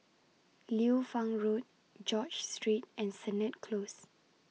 Liu Fang Road George Street and Sennett Close